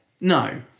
No